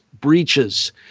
breaches